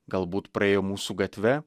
galbūt praėjo mūsų gatve